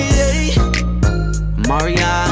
Maria